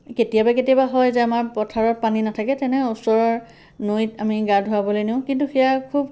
কেতিয়াবা কেতিয়াবা হয় যে আমাৰ পথাৰত পানী নাথাকে তেনে ওচৰৰ নৈত আমি গা ধুৱাবলৈ নিওঁ কিন্তু সেয়া খুব